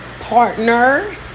partner